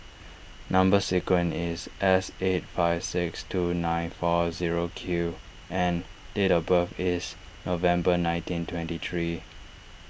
Number Sequence is S eight five six two nine four zero Q and date of birth is November nineteen twenty three